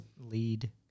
lead